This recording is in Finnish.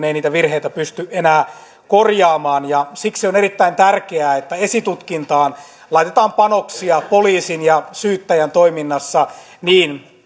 ei niitä virheitä pysty enää korjaamaan ja siksi on erittäin tärkeää että esitutkintaan laitetaan panoksia poliisin ja syyttäjän toiminnassa niin